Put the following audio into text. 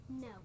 No